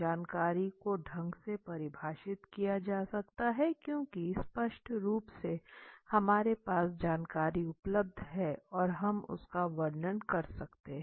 जानकारी को ढंग से परिभाषित किया जा सकता है क्योंकि स्पष्ट रूप से हमारे पास जानकारी उपलब्ध है और हम उसका वर्णन कर सकते हैं